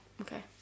okay